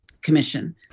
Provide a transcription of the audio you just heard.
commission